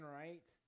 right